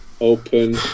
Open